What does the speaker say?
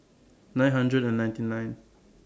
nine hundred and ninety nine